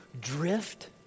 drift